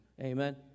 Amen